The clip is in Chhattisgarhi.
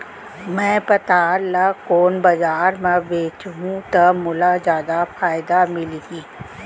मैं पताल ल कोन बजार म बेचहुँ त मोला जादा फायदा मिलही?